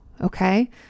Okay